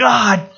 God